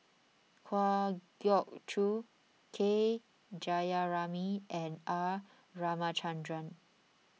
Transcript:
Kwa Geok Choo K Jayamani and R Ramachandran